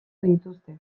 dituzte